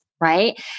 right